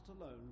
alone